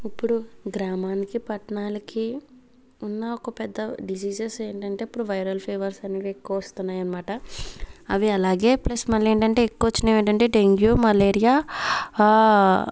ఇప్పుడు గ్రామానికి పట్టణానికి ఉన్న ఒక పెద్ద డిసీసెస్ ఏంటంటే ఇప్పుడు వైరల్ ఫీవర్స్ అనేది ఎక్కువ వస్తున్నాయన్నమాట అవి అలాగే ప్లస్ మళ్లీ ఏంటంటే ఎక్కువ వచ్చినవి ఏంటంటే డెంగ్యూ మలేరియా